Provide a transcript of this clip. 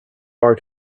are